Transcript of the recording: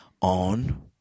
on